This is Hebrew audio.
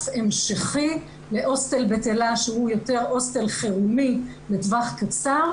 המשכי להוסטל בית אלה שהוא יותר הוסטל חירומי לטווח קצר,